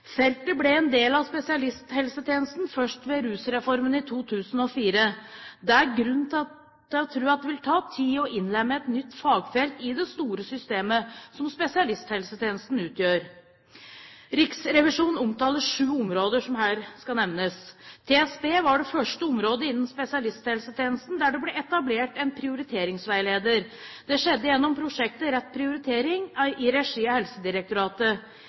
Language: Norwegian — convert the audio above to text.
Feltet ble en del av spesialisthelsetjenesten først ved Rusreformen i 2004. Det er grunn til å tro at det vil ta tid å innlemme et nytt fagfelt i det store systemet som spesialisthelsetjenesten utgjør. Riksrevisjonen omtaler syv områder som her skal nevnes: TSB var det første området innen spesialisthelsetjenesten der det ble etablert en prioriteringsveileder. Det skjedde gjennom prosjektet Rett Prioritering i regi av Helsedirektoratet.